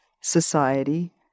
society